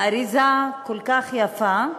האריזה כל כך יפה,